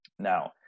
Now